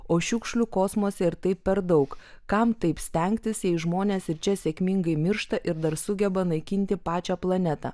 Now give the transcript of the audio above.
o šiukšlių kosmose ir taip per daug kam taip stengtis jei žmonės ir čia sėkmingai miršta ir dar sugeba naikinti pačią planetą